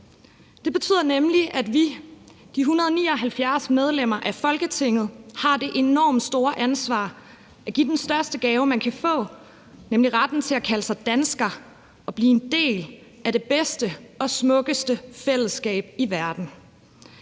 Det betyder nemlig, at vi, de 179 medlemmer af Folketinget, har det enormt store ansvar at give den største gave, man kan få, nemlig retten til at kalde sig dansker og blive en del af det bedste og smukkeste fællesskab i verden.